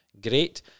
great